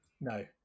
No